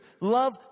Love